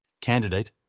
Candidate